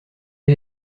est